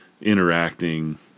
interacting